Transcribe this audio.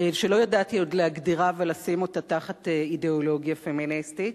שלא ידעתי עוד להגדירה ולשים אותה תחת אידיאולוגיה פמיניסטית,